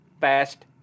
fast